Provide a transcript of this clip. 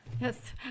Yes